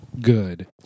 good